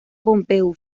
pompeu